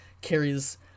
carries